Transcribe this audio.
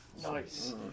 Nice